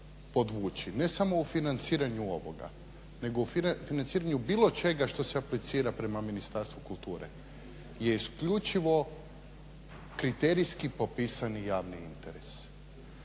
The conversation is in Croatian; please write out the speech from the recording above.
podvući ne samo u financiranju ovoga nego u financiranju bilo čega što se aplicira prema Ministarstvu kulture je isključivo kriterijski popisani javni interes.